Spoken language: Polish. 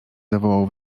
zawołał